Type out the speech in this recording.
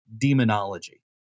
demonology